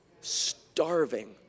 Starving